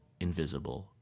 Invisible